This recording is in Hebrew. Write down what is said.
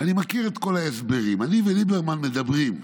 "אני מכיר את כל ההסברים, אני וליברמן מדברים,